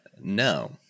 No